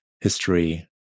history